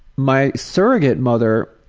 my surrogate mother,